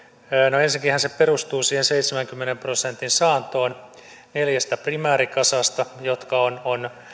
no ensinnäkinhän se perustuu siihen seitsemänkymmenen prosentin saantoon neljästä primäärikasasta jotka on